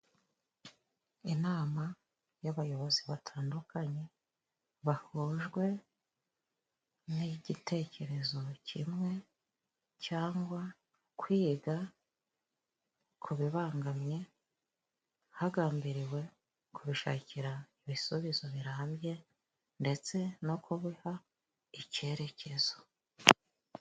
Inama y'abayobozi batandukanye bahujwe n'igitekerezo kimwe. Cyangwa kwiga ku bibangamye hagambiriwe, ku gushakira ibisubizo birambye ndetse no kubiha icyerekezo.